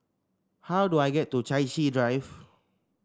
how do I get to Chai Chee Drive